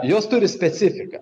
jos turi specifiką